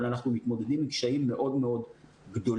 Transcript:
אבל אנחנו מתמודדים עם קשיים מאוד מאוד גדולים,